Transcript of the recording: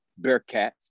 Bearcats